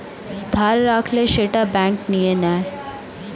ধার রাখলে সেটা ব্যাঙ্ক নিয়ে নেয়